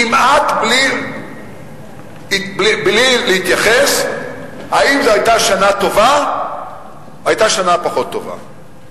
כמעט בלי להתייחס לשאלה האם זו היתה שנה טובה או היתה שנה פחות טובה.